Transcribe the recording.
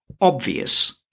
obvious